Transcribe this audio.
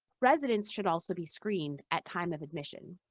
residents should also be screened at time of admission.